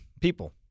people